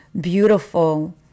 beautiful